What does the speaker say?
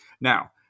now